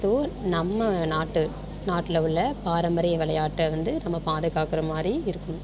so நம்ம நாட்டு நாட்டில் உள்ள பாரம்பரிய விளையாட்ட வந்து நம்ம பாதுகாக்குற மாதிரி இருக்குஹு